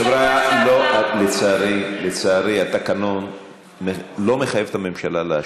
חבריא, לצערי, התקנון לא מחייב את הממשלה להשיב.